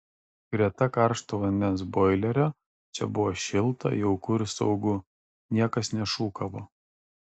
greta karšto vandens boilerio čia buvo šilta jauku ir saugu niekas nešūkavo